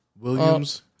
Williams